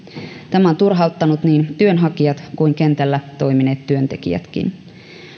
tämä on turhauttanut niin työnhakijat kuin kentällä toimineet työntekijätkin